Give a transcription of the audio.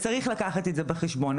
צריך לקחת את זה בחשבון.